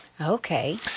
Okay